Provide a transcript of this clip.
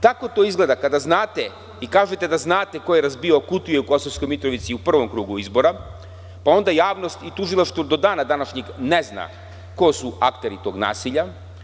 Tako to izgleda kada znate i kažete da znate ko je razbijao kutije u Kosovskoj Mitrovici u prvom krugu izbora pa onda javnosti i tužilaštvo do dana današnjeg ne zna ko su akteri tog nasilja.